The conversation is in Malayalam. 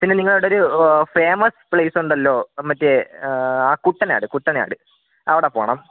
പിന്നെ നിങ്ങൾ അവിടെ ഒരു ഫേമസ് പ്ലേസ് ഉണ്ടല്ലോ മറ്റേ ആ കുട്ടനാട് കുട്ടനാട് അവിടെ പോവണം